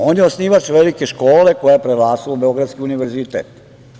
On je osnivač "Velike škole" koja je prerasla u Beogradski univerzitet.